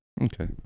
Okay